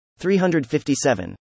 357